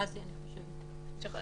אני אתן איזשהו רקע כללי.